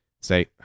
say